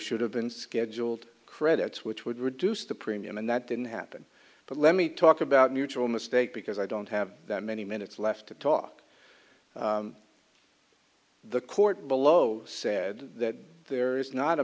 should have been scheduled credits which would reduce the premium and that didn't happen but let me talk about mutual mistake because i don't have that many minutes left to talk the court below said that there is not a